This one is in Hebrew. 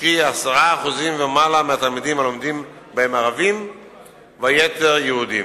קרי: 10% ומעלה מהתלמידים הלומדים בהם הם ערבים והיתר הם יהודים.